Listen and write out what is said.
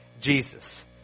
Jesus